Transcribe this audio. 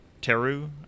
teru